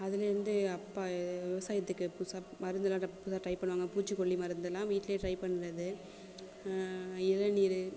அதுலேருந்து அப்பா விவசாயத்துக்கு புதுசாக மருந்துலாம் புதுசாக ட்ரை பண்ணுவாங்க பூச்சிக்கொல்லி மருந்துலாம் வீட்லேயே ட்ரை பண்ணுறது இளநீர்